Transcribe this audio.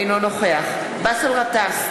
אינו נוכח באסל גטאס,